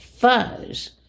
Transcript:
Fuzz